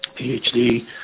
PhD